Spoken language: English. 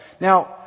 Now